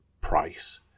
Price